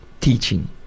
teaching